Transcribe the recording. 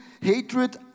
hatred